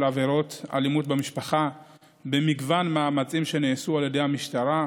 עבירות אלימות במשפחה במגוון מאמצים שנעשו על ידי המשטרה,